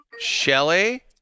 shelly